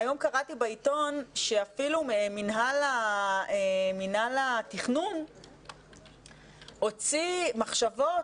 היום קראתי בעיתון שאפילו מינהל התכנון הוציא מחשבות,